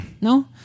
no